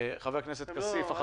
חבר הכנסת כסיף, בבקשה.